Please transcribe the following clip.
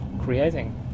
creating